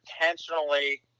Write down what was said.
intentionally